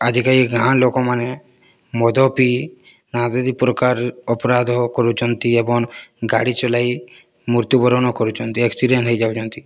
ଆଜିକାଲି ଗାଁ ଲୋକମାନେ ମଦ ପିଇ ନାନାଦି ପ୍ରକାର ଅପରାଧ କରୁଛନ୍ତି ଏବଂ ଗାଡ଼ି ଚଳାଇ ମୃତ୍ୟୁବରଣ କରୁଛନ୍ତି ଆକ୍ସିଡେଣ୍ଟ ହୋଇଯାଉଛନ୍ତି